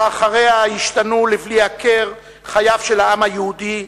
שאחריה השתנו לבלי הכר חייו של העם היהודי,